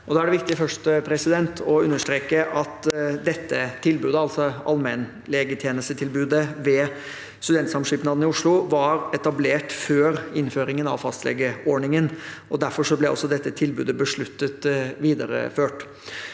er det viktig å understreke at dette tilbudet, altså allmennlegetjenestetilbudet ved Studentsamskipnaden i Oslo, var etablert før innføringen av fastlegeordningen. Derfor ble dette tilbudet besluttet videreført.